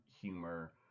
humor